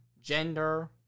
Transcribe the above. gender